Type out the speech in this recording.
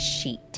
sheet